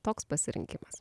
toks pasirinkimas